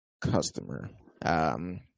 customer